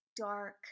dark